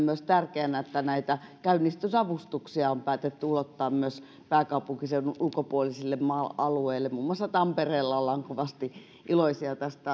myös tärkeänä että näitä käynnistysavustuksia on päätetty ulottaa myös pääkaupunkiseudun ulkopuolisille maa alueille muun muassa tampereella ollaan kovasti iloisia tästä